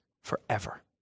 forever